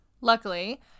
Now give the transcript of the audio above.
Luckily